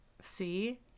see